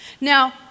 Now